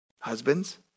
husbands